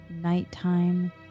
nighttime